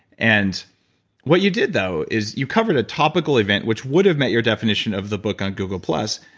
and what you did, though, is you covered a topical event which would have met your definition of the book on google plus,